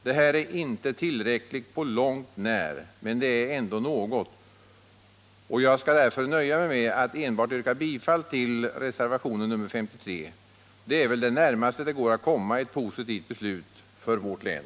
Det är inte tillräckligt på långt när, men det är ändå något, och jag skall därför nöja mig med att enbart yrka bifall till reservationen 53. Det är väl det närmaste det går att komma ett positivt beslut för vårt län.